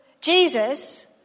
Jesus